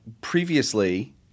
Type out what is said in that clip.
previously